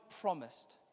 promised